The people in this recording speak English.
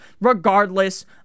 regardless